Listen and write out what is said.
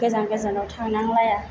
गोजान गोजानाव थांनांलाइया